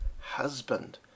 husband